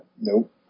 Nope